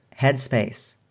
headspace